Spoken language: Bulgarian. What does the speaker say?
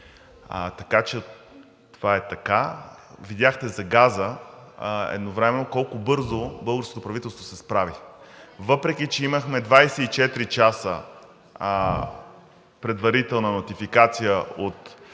петрол. Това е така. Видяхте за газа едновременно колко бързо българското правителство се справи – въпреки че имахме 24 часа предварителна нотификация от